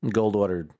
Goldwater